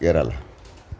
Kerala